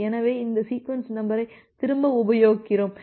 எனவே இந்த சீக்வென்ஸ் நம்பரை திரும்ப உபயோக்கிறோம்